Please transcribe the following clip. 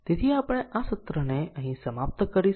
તેથી આપણે હવે પછીનાં સત્રમાં જોઈશું